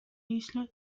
isla